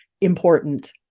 important